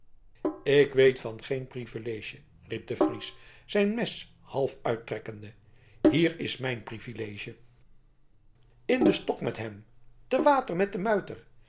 ik weet van geen privilege riep de fries zijn mes half uittrekkende hier is mijn privilege in den stok met hem te water met den muiter